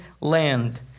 land